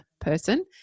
person